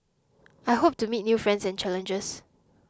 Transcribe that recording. I hope to meet new friends and challenges